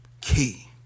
Key